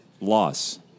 loss